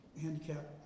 handicap